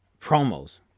promos